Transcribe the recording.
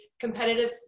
competitive